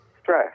stress